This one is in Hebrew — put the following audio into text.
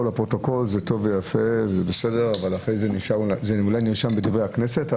לפרוטוקול זה טוב ויפה וזה אולי נרשם בדברי הכנסת,